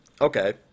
Okay